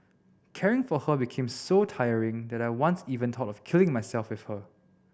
caring for her became so tiring that I once even thought of killing myself with her